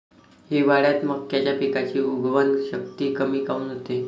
हिवाळ्यात मक्याच्या पिकाची उगवन शक्ती कमी काऊन होते?